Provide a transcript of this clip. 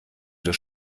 des